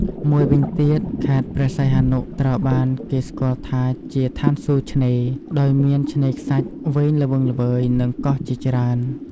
មួយវិញទៀតខេត្តព្រះសីហនុ ត្រូវបានគេស្គាល់ថាជា ឋានសួគ៌ឆ្នេរ ដោយមានឆ្នេរខ្សាច់វែងល្វឹងល្វើយ និងកោះជាច្រើន។